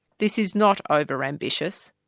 this is not overambitious,